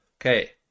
Okay